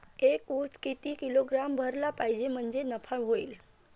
एक उस किती किलोग्रॅम भरला पाहिजे म्हणजे नफा होईन?